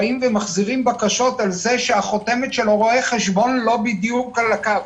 באים ומחזירים בקשות על זה שהחותמת של רואה החשבון היא לא בדיוק על הקו.